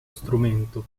strumento